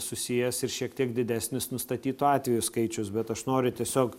susijęs ir šiek tiek didesnis nustatytų atvejų skaičius bet aš noriu tiesiog